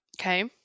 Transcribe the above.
Okay